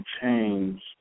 change